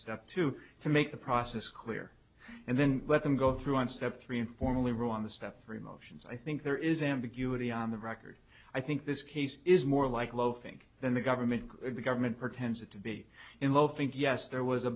step two to make the process clear and then let them go through it step three informally rule on the step three motions i think there is ambiguity on the record i think this case is more like loafing than the government the government pretends it to be involved think yes there was a